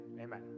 amen